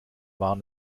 waren